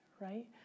right